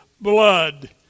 blood